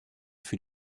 für